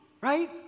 right